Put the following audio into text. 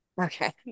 Okay